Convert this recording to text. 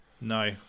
No